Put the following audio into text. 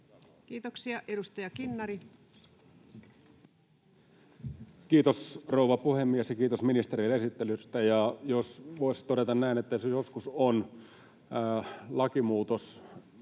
Time: 17:07 Content: Kiitos, rouva puhemies, ja kiitos ministerille esittelystä! Jos voisi todeta näin, että jos joskus lakimuutos